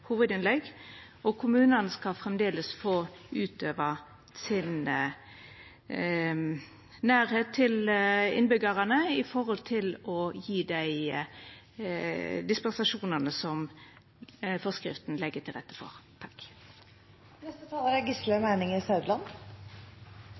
hovudinnlegg, og kommunane skal framleis, med den nærleiken til innbyggjarane dei har, kunna gje dei dispensasjonane som forskrifta legg til rette for.